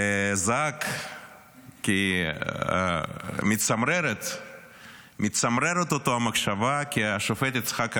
וזעק כי מצמררת אותו המחשבה כי השופט יצחק עמית,